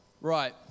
right